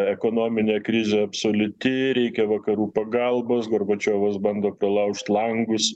ekonominė krizė absoliuti reikia vakarų pagalbos gorbačiovas bando palaužt langus